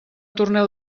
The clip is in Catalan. torneu